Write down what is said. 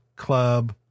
club